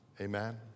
amen